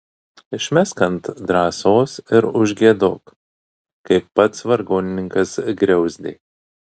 išmesk ant drąsos ir užgiedok kaip pats vargonininkas griauzdė